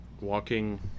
walking